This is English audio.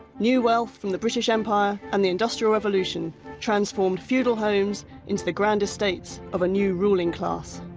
new wealth from the british empire and the industrial revolution transformed feudal homes into the grand estates of a new ruling class.